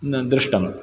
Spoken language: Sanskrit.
न दृष्टम्